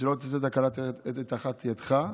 ושלא תצא תקלה מתחת ידך,